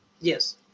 Yes